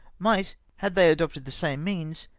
might, had they adopted the same means,